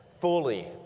fully